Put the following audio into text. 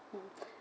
mmhmm